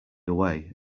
away